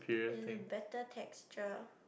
and a better texture